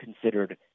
considered